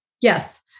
Yes